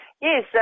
Yes